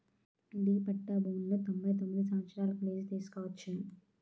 D పట్టా భూములను తొంభై తొమ్మిది సంవత్సరాలకు లీజుకు తీసుకోవచ్చును